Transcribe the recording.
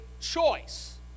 choice